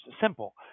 simple